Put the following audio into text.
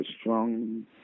strong